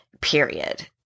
period